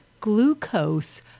glucose